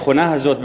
השכונה הזאת,